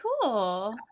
cool